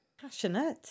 Passionate